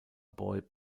boys